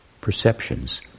Perceptions